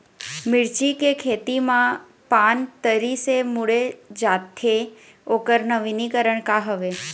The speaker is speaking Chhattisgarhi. मिर्ची के खेती मा पान तरी से मुड़े जाथे ओकर नवीनीकरण का हवे?